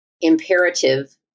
imperative